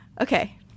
okay